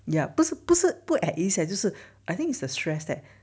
ya 不是不是不 at ease eh 就是 I think it's the stress that